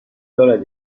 دارد